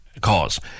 cause